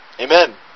Amen